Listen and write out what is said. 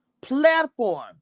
platform